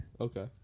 Okay